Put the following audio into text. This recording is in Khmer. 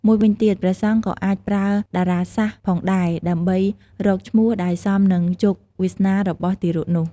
មួយវិញទៀតព្រះសង្ឃក៏អាចប្រើតារាសាស្ត្រផងដែរ ដើម្បីរកឈ្មោះដែលសមនឹងជោគវាសនារបស់ទារកនោះ។